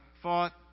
fought